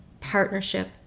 partnership